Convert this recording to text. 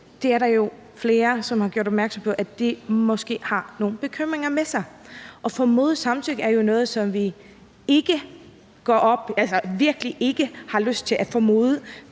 er der flere som har gjort opmærksom på måske fører nogle bekymringer med sig, og formodet samtykke er jo noget, som vi virkelig ikke vil have